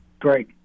Great